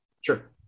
sure